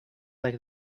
like